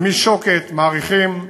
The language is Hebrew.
ומשוקת, מאריכים,